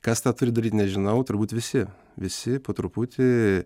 kas tą turi daryt nežinau turbūt visi visi po truputį